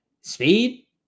Speed